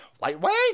Lightweight